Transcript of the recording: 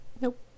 Nope